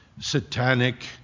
satanic